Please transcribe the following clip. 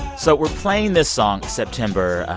so we're playing this song, september,